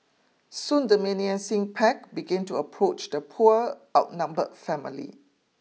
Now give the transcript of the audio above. soon the menacing pack began to approach the poor outnumbered family